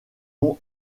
vont